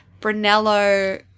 Brunello